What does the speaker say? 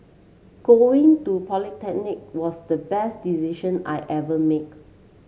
going to polytechnic was the best decision I ever make